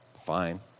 Fine